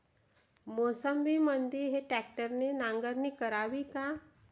मोसंबीमंदी ट्रॅक्टरने नांगरणी करावी का?